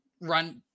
run